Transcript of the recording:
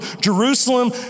Jerusalem